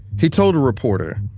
he told a reporter,